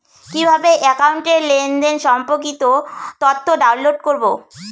কিভাবে একাউন্টের লেনদেন সম্পর্কিত তথ্য ডাউনলোড করবো?